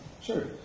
Sure